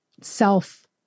self